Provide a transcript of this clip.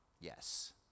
Yes